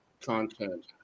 content